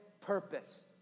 purpose